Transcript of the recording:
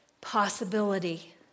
possibility